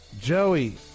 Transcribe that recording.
Joey